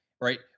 Right